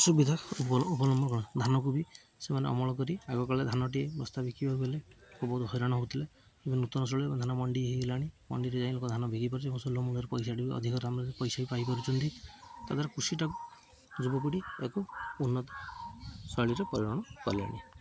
ସୁବିଧା ଉପଲମ୍ବ ଅବଲମ୍ୱନ କରୁଛନ୍ତି ଧାନକୁ ବି ସେମାନେ ଅମଳ କରି ଆଗକାଳେରେ ଧାନଟିଏ ବସ୍ତା ବିକିବାକୁ ହେଲେ ବହୁତ ହଇରାଣ ହଉଥିଲେ ଏବଂ ନୂତନ ଶୈଳୀ ଧାନ ମଣ୍ଡି ହେଇଗଲାଣି ମଣ୍ଡିରେ ଯାଇଁ ଲୋକ ଧାନ ବିକିପାରୁଛନ୍ତି ଓ ସୁଲଭ ମୂଲ୍ୟରେ ପଇସା ଟିକେ ବି ଅଧିକ ଦାମରେ ପଇସା ବି ପାଇପାରୁଛନ୍ତି ତା ଦ୍ୱାରା କୃଷିଟାକୁ ଯୁବପିଢ଼ି ଏକ ଉନ୍ନତ ଶୈଳୀରେ ପରିଗଣ କଲେଣି